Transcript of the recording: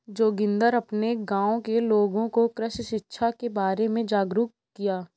जोगिंदर अपने गांव के लोगों को कृषि शिक्षा के बारे में जागरुक किया